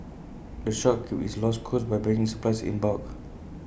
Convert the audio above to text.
the shop keeps its low costs by buying its supplies in bulk